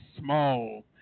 small